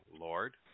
lord